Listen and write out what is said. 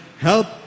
Help